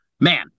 man